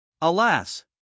Alas